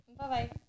Bye-bye